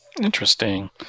Interesting